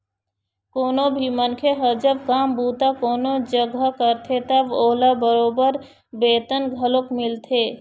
कोनो भी मनखे ह जब काम बूता कोनो जघा करथे तब ओला बरोबर बेतन घलोक मिलथे